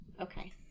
okay